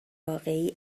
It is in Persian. واقعی